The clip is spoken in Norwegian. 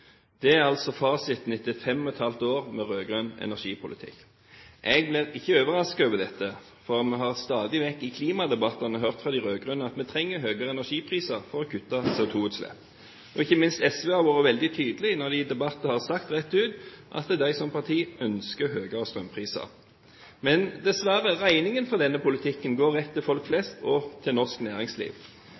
Det er altså fasiten etter 5½ år med rød-grønn energipolitikk. Jeg blir ikke overrasket over dette, for vi har stadig vekk i klimadebattene hørt fra de rød-grønne at vi trenger høyere energipriser for å kutte CO2-utslipp. Ikke minst SV har vært veldig tydelig når de i debatter har sagt rett ut at de som parti ønsker høyere strømpriser. Men – dessverre – regningen for denne politikken går rett til folk flest og til norsk næringsliv.